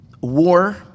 war